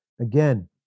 Again